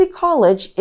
college